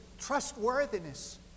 trustworthiness